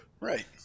right